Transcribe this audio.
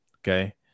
Okay